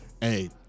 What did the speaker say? hey